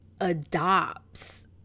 adopts